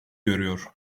görüyor